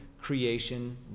creation